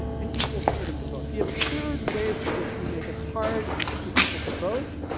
an equal freedom to vote. the absurd ways in which we make it hard for people to vote.